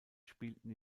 spielten